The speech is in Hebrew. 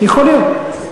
יכול להיות.